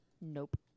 nope